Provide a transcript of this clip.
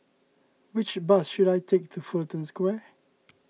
which bus should I take to Fullerton Square